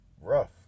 rough